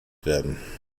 werden